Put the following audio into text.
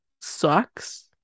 socks